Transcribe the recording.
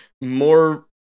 more